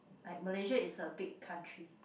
like Malaysia is a big country